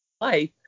life